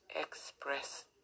express